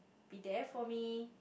be there for me